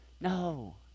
No